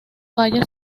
fallas